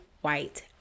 white